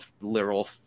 literal